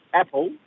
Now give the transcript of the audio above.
Apple